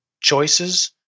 choices